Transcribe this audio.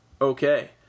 okay